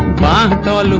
da da